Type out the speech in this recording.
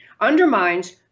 undermines